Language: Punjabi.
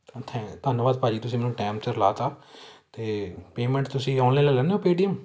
ਥੈ ਧੰਨਵਾਦ ਭਾਅ ਜੀ ਤੁਸੀਂ ਮੈਨੂੰ ਟੈਮ ਸਿਰ ਲਾਹ ਤਾ ਅਤੇ ਪੇਮੈਂਟ ਤੁਸੀਂ ਔਨਲਾਈਨ ਲੈ ਲੈਂਦੇ ਹੋ ਪੇਅਟੀਐਮ